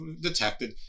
detected